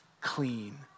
clean